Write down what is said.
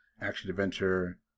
action-adventure